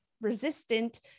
resistant